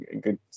good